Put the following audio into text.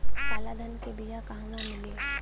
काला धान क बिया कहवा मिली?